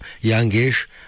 youngish